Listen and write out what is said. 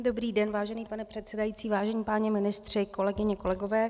Dobrý den, vážený pane předsedající, vážení páni ministři, kolegyně, kolegové.